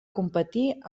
competir